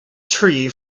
tree